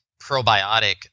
probiotic